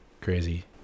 crazy